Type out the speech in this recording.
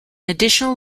additional